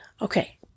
Okay